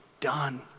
done